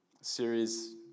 series